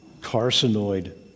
carcinoid